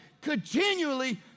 continually